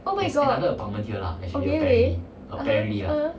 oh my god okay okay (uh huh) (uh huh)